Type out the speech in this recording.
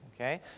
okay